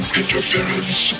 interference